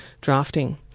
drafting